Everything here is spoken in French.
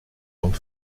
donc